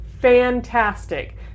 fantastic